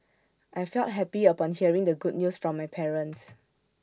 I felt happy upon hearing the good news from my parents